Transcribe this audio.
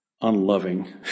unloving